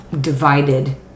divided